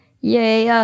yay